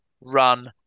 run